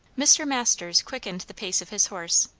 mr. masters quickened the pace of his horse,